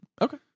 Okay